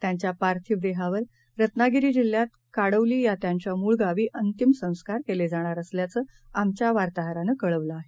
त्यांच्यापार्थिवदेहावररत्नागिरीजिल्ह्यातकाडवलीयात्यांच्यामूळगावीअंतिमसंस्कारकेलेजाणारअसल्याचंआमच्यावार्ताहरानंकळवलंआहे